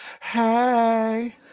Hey